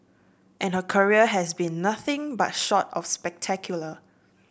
and her career has been nothing but short of spectacular